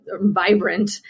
vibrant